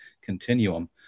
continuum